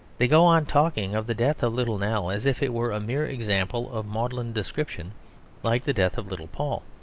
they go on talking of the death of little nell as if it were a mere example of maudlin description like the death of little paul.